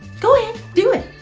go ahead, do it.